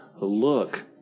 look